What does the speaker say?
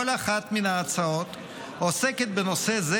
כל אחת מן הצעות החוק עוסקת בנושא זה